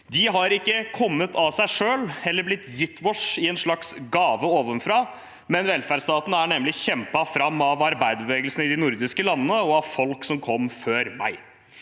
De har ikke kommet av seg selv eller blitt gitt oss i en slags gave ovenfra. Velferdsstaten er nemlig kjempet fram av arbeiderbevegelsene i de nordiske landene og av folk som kom før meg.